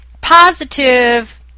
positive